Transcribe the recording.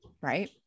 right